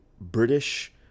British